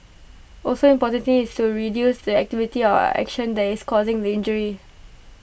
also important is to reduce the activity or action that is causing the injury